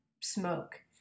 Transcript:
smoke